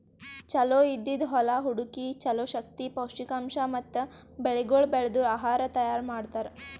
ಚಲೋ ಇದ್ದಿದ್ ಹೊಲಾ ಹುಡುಕಿ ಚಲೋ ಶಕ್ತಿ, ಪೌಷ್ಠಿಕಾಂಶ ಮತ್ತ ಬೆಳಿಗೊಳ್ ಬೆಳ್ದು ಆಹಾರ ತೈಯಾರ್ ಮಾಡ್ತಾರ್